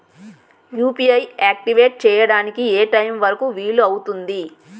UPI activate చెయ్యడానికి ఏ time వరుకు వీలు అవుతుంది?